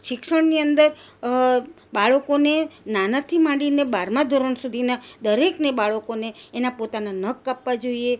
શિક્ષણની અંદર બાળકોને નાનાથી માંડીને બારમા ધોરણ સુધીના દરેકને બાળકોને એના પોતાના નખ કાપવા જોઈએ